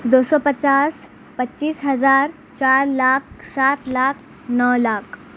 دو سو پچاس پچیس ہزار چار لاکھ سات لاکھ نو لاکھ